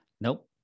Nope